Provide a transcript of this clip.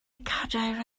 cadair